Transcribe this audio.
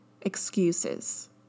excuses